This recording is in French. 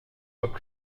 soient